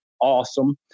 awesome